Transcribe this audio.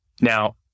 Now